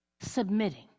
Submitting